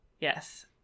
yes